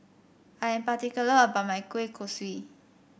I am particular about my Kueh Kosui